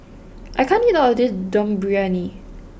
I can't eat all of this Dum Briyani